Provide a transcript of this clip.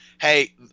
hey